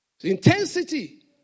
Intensity